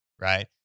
Right